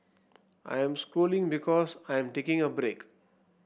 I am scrolling because I am taking a break